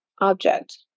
object